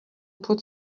put